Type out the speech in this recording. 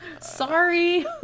sorry